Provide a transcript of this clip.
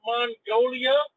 Mongolia